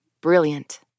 Brilliant